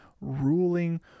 ruling